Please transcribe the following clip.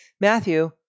matthew